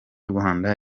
rwanda